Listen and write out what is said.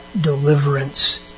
deliverance